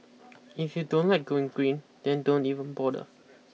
if you don't like going green then don't even bother